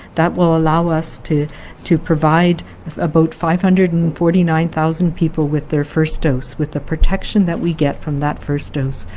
that will allow us to to provide about five hundred and forty nine thousand people with their first dose, with the protection that we get from that first dose,